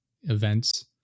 events